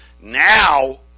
Now